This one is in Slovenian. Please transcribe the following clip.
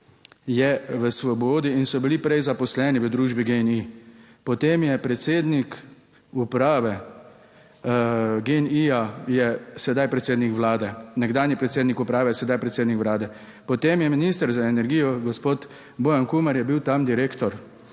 je v Svobodi in so bili prej zaposleni v družbi GEN-I, potem je predsednik uprave GEN-ija, je sedaj predsednik vlade, nekdanji predsednik uprave, sedaj predsednik vlade, potem je minister za energijo, gospod Bojan Kumer je bil tam direktor,